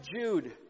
Jude